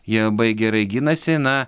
jie labai gerai ginasi na